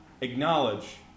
acknowledge